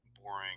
boring